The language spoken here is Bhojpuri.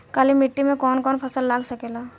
काली मिट्टी मे कौन कौन फसल लाग सकेला?